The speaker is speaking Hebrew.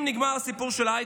אם נגמר הסיפור של ההייטק,